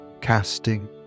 casting